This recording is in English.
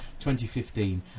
2015